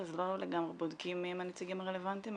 אז לא לגמרי בודקים מיהם הנציגים הרלוונטיים,